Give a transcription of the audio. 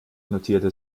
notierte